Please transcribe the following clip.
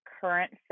current